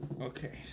Okay